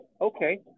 okay